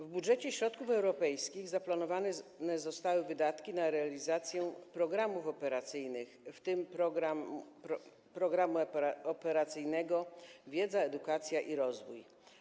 W budżecie środków europejskich zaplanowane zostały wydatki na realizację programów operacyjnych, w tym Programu Operacyjnego „Wiedza, edukacja, rozwój”